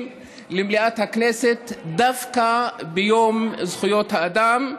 למליאת הכנסת דווקא ביום זכויות האדם,